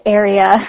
area